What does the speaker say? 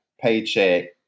paycheck